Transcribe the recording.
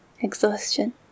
exhaustion